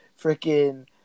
Freaking